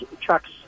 trucks